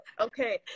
Okay